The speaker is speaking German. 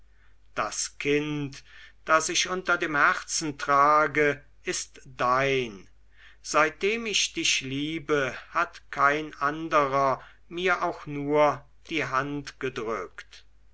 das kind das ich unter dem herzen trage ist dein seitdem ich dich liebe hat kein anderer mir auch nur die hand gedrückt